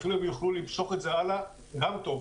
ואפילו אם יוכלו למשוך את זה הלאה גם טוב.